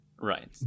Right